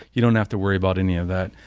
you don't have to worry about any of that.